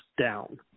down